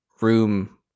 room